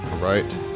Right